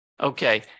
okay